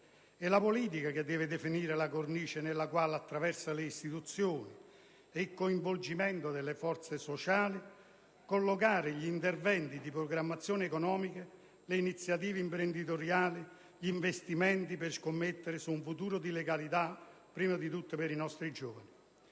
È la politica che deve definire la cornice nella quale, attraverso le istituzioni e il coinvolgimento delle forze sociali, collocare gli interventi di programmazione economica, le iniziative imprenditoriali, gli investimenti per scommettere su un futuro di legalità prima di tutto per i nostri giovani.